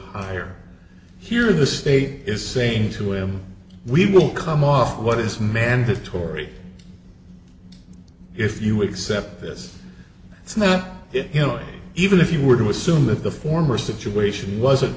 higher here in the state is saying to him we will come off what is mandatory if you accept this it's not you know even if you were to assume that the former situation